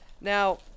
Now